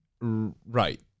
right